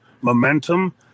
momentum